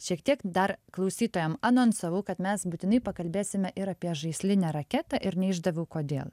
šiek tiek dar klausytojam anonsavau kad mes būtinai pakalbėsime ir apie žaislinę raketą ir neišdaviau kodėl